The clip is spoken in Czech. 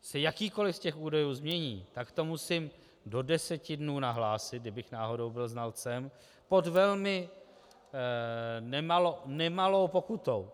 se jakýkoliv z těch údajů změní, tak to musím do deseti dnů nahlásit, kdybych náhodou byl znalcem, pod velmi nemalou pokutou.